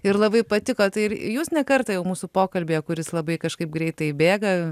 ir labai patiko tai ir jūs ne kartą jau mūsų pokalbyje kuris labai kažkaip greitai bėga